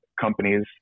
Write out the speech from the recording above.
companies